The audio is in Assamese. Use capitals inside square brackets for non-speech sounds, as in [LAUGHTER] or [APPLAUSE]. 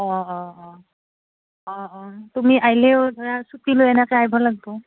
অঁ অঁ অঁ অঁ অঁ তুমি আহিলেও ধৰা [UNINTELLIGIBLE] লৈ এনেকে আহিব লাগব'